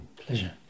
Pleasure